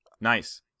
nice